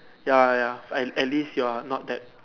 ya ya at at least you are not that